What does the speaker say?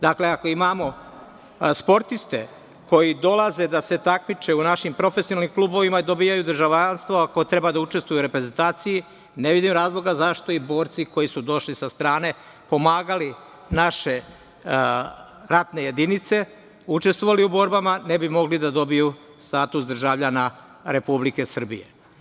Dakle, ako imamo sportiste, koji dolaze da se takmiče u našim profesionalnim klubovima i dobijaju državljanstvo, ako treba da učestvuju u reprezentaciji, ne vidim razloga zašto i borci koji su došli sa strane, pomagali naše ratne jedinice, učestvovali u borbama, ne bi mogli da dobiju status državljana Republike Srbije.